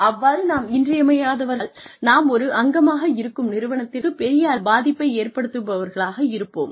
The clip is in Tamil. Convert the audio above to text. அவ்வாறு நாம் இன்றியமையாதவர்களாக இருந்தால் நாம் ஒரு அங்கமாக இருக்கும் நிறுவனத்திற்குப் பெரிய அளவில் பாதிப்பை ஏற்படுத்துபவர்களாக இருப்போம்